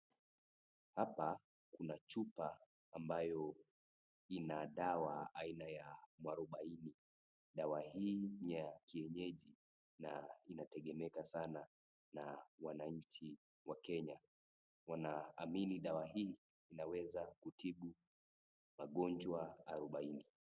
Hapa kuna chupa ambayo dawa aina ya mwarubaini, dawa hii niya kienyeji na inategemeka sana na wananchi ya Kenya. Wanaamini dawa hii inaweza kutibu magojwa arobaini.